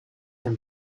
amb